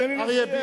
תן לי לסיים,